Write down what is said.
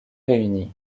réunies